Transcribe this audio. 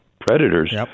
predators